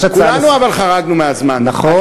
יש הצעה, אבל כולנו חרגנו מהזמן, כי